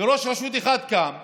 וראש רשות אחד קם ואמר: